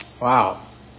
Wow